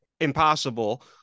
impossible